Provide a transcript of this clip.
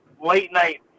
late-night